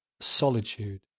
solitude